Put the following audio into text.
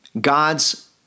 God's